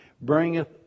bringeth